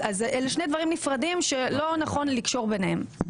אלה שני דברים נפרדים שלא נכון לקשור ביניהם.